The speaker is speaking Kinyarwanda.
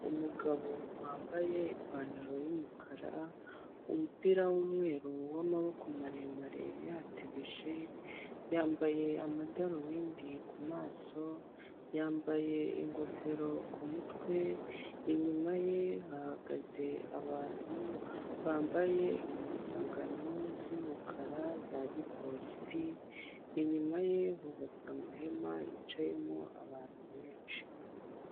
Umuyobozi w'ishyaka rya FPR, Paul Kagame, yambaye ibirango by'ishyaka rye, ahagaze imbere y'imbaga y'abaturage. Inyuma ya nyakubahwa Kagame hari abashinzwe kumurindira umutekano, bambaye imyenda y'umukara. Ameze nk'uri kwiyamamaza ngo bazamutore mu matora y'Umukuru w'Igihugu.